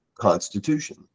constitution